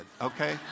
okay